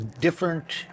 different